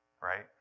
right